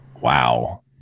wow